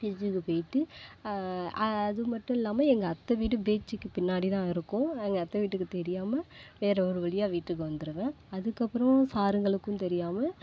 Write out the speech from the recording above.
பீச்சுக்கு போயிவிட்டு அதுமட்டும் இல்லாம எங்கள் அத்தை வீடு பீச்சுக்கு பின்னாடி தான் இருக்கும் எங்கள் அத்தை வீட்டுக்கு தெரியாம வேறு ஒரு வழியாக வீட்டுக்கு வந்துருவேன் அதுக்கப்புறோம் சாருங்களுக்கும் தெரியாம